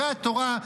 הרי התורה,